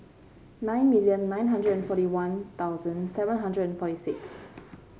nine million nine hundred and forty One Thousand seven hundred and forty six